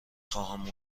خواهم